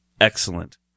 excellent